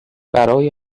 برای